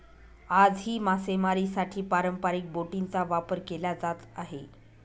आजही मासेमारीसाठी पारंपरिक बोटींचा वापर केला जात आहे